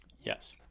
Yes